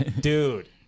dude